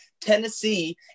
Tennessee